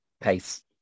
pace